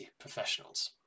professionals